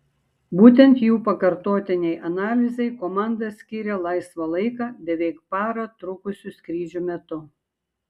būtent jų pakartotinei analizei komanda skyrė laisvą laiką beveik parą trukusių skrydžių metu